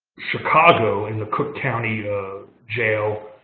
chicago, in the cook county jail,